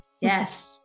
Yes